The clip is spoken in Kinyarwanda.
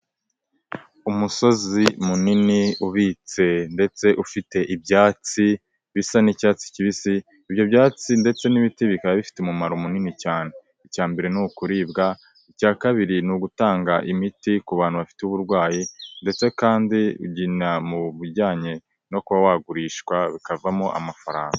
Umusozi munini ubitse ndetse ufite ibyatsi bisa n'icyatsi kibisi, ibyo byatsi ndetse n'ibiti bikaba bifite umumaro munini cyane: icya mbere ni ukuribwa, icya kabiri ni ugutanga imiti ku bantu bafite uburwayi ndetse kandi no mu bijyanye no kuba wagurishwa bikavamo amafaranga.